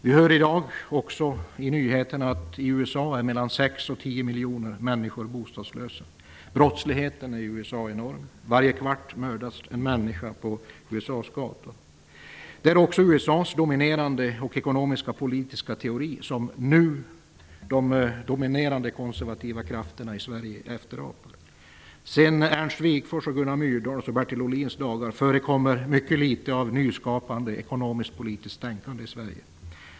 Vi hör i dag också på nyheterna att i USA är mellan Brottsligheten i USA är enorm. Varje kvart mördas en människa på USA:s gator. Det är också USA:s dominerande ekonomiska och politiska teori som de nu dominerande konservativa krafterna i Sverige efterapar. Sedan Ernst Wigforss, Gunnar Myrdals och Bertil Ohlins dagar förekommer mycket litet av nyskapande ekonomisk-politiskt tänkande i Sverige.